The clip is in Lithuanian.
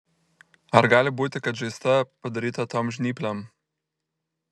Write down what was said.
ar gali būti kad žaizda padaryta tom žnyplėm